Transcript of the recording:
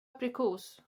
aprikos